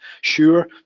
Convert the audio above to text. Sure